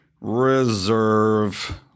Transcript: reserve